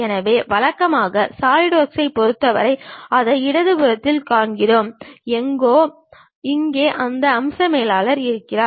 எனவே வழக்கமாக சாலிட்வொர்க்கைப் பொறுத்தவரை அதை இடது புறத்தில் காண்கிறோம் எங்கோ இங்கே அந்த அம்ச மேலாளர் இருக்கிறார்